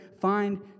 find